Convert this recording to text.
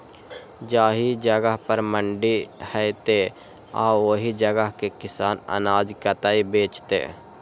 जाहि जगह पर मंडी हैते आ ओहि जगह के किसान अनाज कतय बेचते?